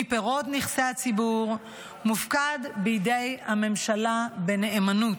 מפירות נכסי הציבור, מופקד בידי הממשלה בנאמנות,